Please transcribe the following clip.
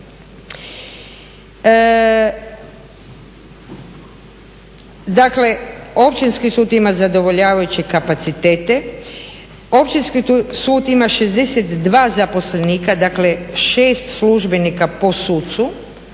Dakle, općinski sud ima zadovoljavajuće kapacitete. Općinski sud ima 62 zaposlenika, dakle 6 službenika po sucu.